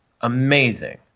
amazing